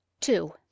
Two